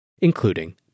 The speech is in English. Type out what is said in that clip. including